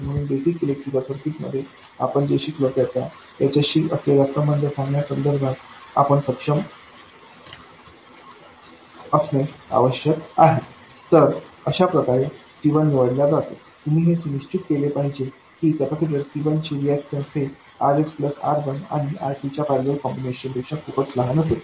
म्हणून basic electrical सर्किट्समध्ये आपण जे शिकलो त्याचा याच्याशी असलेल्या संबंध सांगण्या संदर्भात आपण सक्षम असणे आवश्यक आहे तर अशाप्रकारे C1 निवडला जातो तुम्ही हे सुनिश्चित केले पाहिजे की कॅपेसिटर C1 चे रीऐक्टन्स हे RSप्लस R1आणिR2च्या पैरलेल कॉम्बिनेशन पेक्षा खूपच लहान असेल